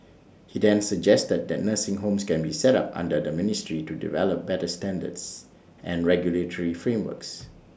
he then suggested that nursing homes can be set up under the ministry to develop better standards and regulatory frameworks